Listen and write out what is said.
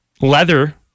Leather